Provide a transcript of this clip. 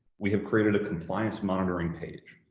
we have created a compliance monitoring page.